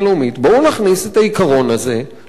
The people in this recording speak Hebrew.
בואו נכניס את העיקרון הזה לחוק,